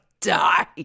die